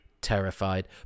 terrified